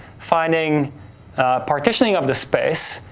finding a partitioning of the space,